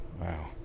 Wow